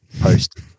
post